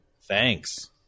thanks